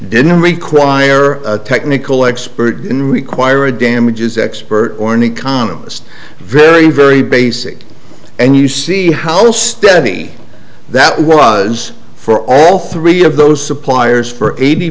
didn't require a technical expert in require a damages expert or an economist very very basic and you see how steady that was for all three of those suppliers for eighty